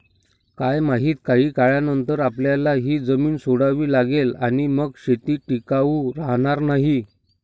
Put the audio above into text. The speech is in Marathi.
काय माहित, काही काळानंतर आपल्याला ही जमीन सोडावी लागेल आणि मग शेती टिकाऊ राहणार नाही